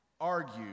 argue